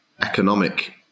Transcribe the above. economic